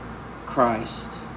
Christ